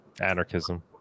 anarchism